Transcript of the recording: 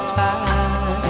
time